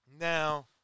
Now